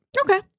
Okay